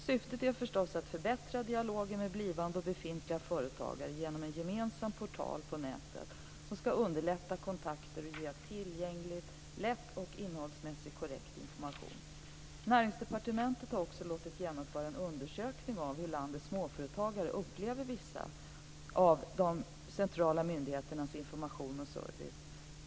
Syftet är förstås att förbättra dialogen med blivande och befintliga företagare genom en gemensam portal på nätet som ska underlätta myndighetskontakter och ge lättillgänglig och innehållsmässigt korrekt information. Näringsdepartementet har också låtit genomföra en undersökning av hur landets småföretagare upplever vissa centrala myndigheters information och service.